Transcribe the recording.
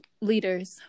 leaders